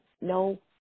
no